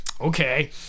Okay